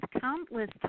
countless